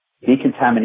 decontamination